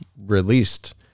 released